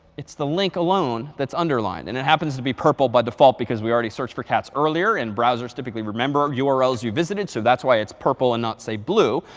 it's the link alone that's underlined. and it happens to be purple by default, because we already searched for cats earlier, and browsers typically remember urls you visited. so that's why it's purple and not say blue,